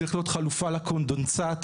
צריך להיות חלופה לקונדנסט.